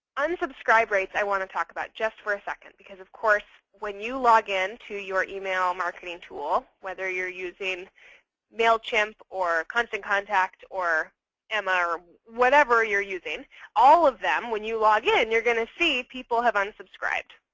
unsubscribe rates, i want to talk about just for a second. because of course, when you log in to your email marketing tool, whether you're using mailchimp or constant contact, or emma, or whatever you're using all of them when you log in, and you're going to see people have unsubscribed.